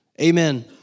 Amen